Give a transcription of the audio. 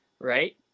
Right